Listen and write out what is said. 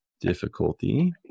Difficulty